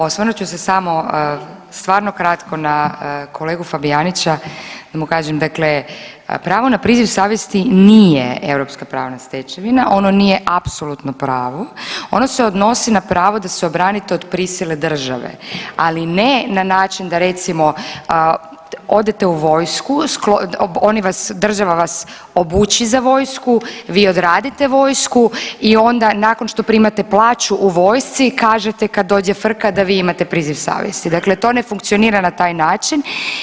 Osvrnut ću se samo stvarno kratko na kolegu Fabijanića da mu kažem dakle, pravo na priziv savjesti nije europska pravna stečevina, ona nije apsolutno pravo, ono se odnosi na pravo da se obranite od prisile države, ali ne na način da recimo odete u vojsku oni vas država vas obuči za vojsku, vi odradite vojsku i onda nakon što primate plaću u vojsci kažete kad dođe frka da vi imate priziv savjesti, dakle to ne funkcionira na taj način.